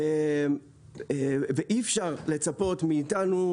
ואי אפשר לצפות מאיתנו,